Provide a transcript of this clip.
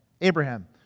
Abraham